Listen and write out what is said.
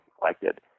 collected